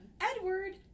Edward